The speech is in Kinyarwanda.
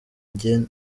jye